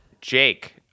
Jake